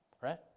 right